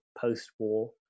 post-war